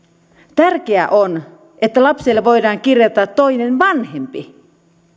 tärkeää on että lapselle voidaan kirjata toinen vanhempi